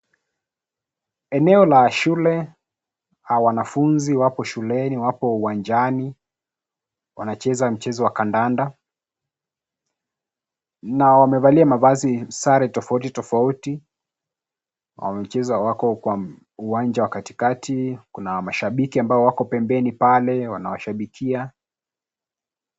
Eneo la shule, wanafunzi wapo shuleni, wapo uwanjani, wanacheza mchezo wa kandanda na wamevalia mavazi, sare, tofauti tofauti. Wamecheza, wako kwa uwanja wa katikati. Kuna mashabiki ambao wako pembeni pale wanawashabikia.